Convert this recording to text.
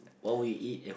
what would eat